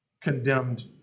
condemned